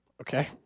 Okay